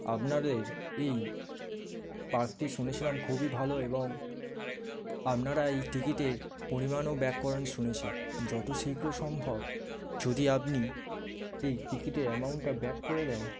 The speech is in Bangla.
আপনাদের এই পার্কটি শুনেছিলাম খুবই ভালো এবং আপনারা এই টিকিটের পরিমাণও ব্যাক করেন শুনেছে যত শীঘ্র সম্ভব যদি আপনি এই টিকিটের অ্যামাউন্টটা ব্যাক করে দেন